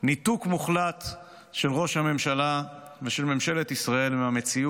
ניתוק מוחלט של ראש הממשלה ושל ממשלת ישראל מהמציאות,